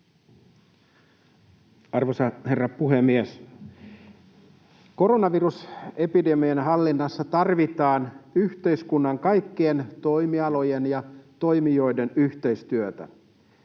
Arvoisa herra puhemies! Koronavirusepidemian hallinnassa tarvitaan yhteiskunnan kaikkien toimialojen ja toimijoiden yhteistyötä.